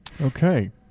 Okay